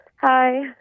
hi